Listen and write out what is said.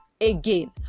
again